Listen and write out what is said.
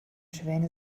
schwäne